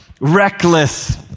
Reckless